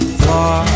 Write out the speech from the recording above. far